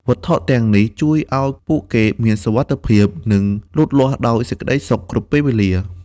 វត្ថុទាំងនេះជួយអោយពួកគេមានសុវត្ថិភាព និងលូតលាស់ដោយសេចក្តីសុខគ្រប់ពេលវេលា។